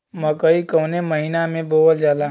मकई कवने महीना में बोवल जाला?